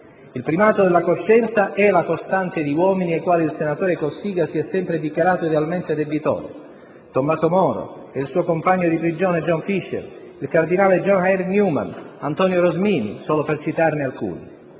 Il primato della coscienza è la costante di uomini ai quali il senatore Cossiga si è sempre dichiarato idealmente debitore: Tommaso Moro e il suo compagno di prigione John Fisher, il cardinale John Henry Newman, Antonio Rosmini, solo per citarne alcuni.